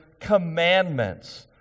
commandments